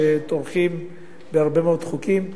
שטורחים בהרבה מאוד חוקים.